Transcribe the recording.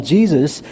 Jesus